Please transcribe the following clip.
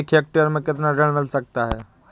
एक हेक्टेयर में कितना ऋण मिल सकता है?